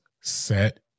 set